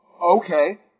Okay